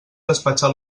despatxar